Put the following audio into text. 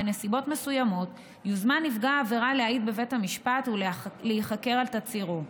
בנסיבות מסוימות יוזמן נפגע העבירה להעיד בבית המשפט ולהיחקר על תצהירו.